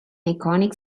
iconic